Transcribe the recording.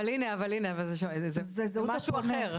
אבל הנה, זה משהו אחר.